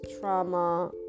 trauma